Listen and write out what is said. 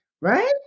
right